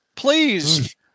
Please